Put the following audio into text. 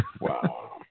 Wow